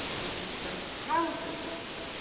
we teach them how to think.